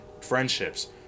friendships